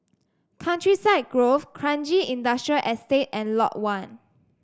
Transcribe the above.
Countryside Grove Kranji Industrial Estate and Lot One